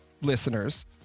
listeners